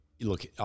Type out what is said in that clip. look